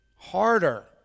Harder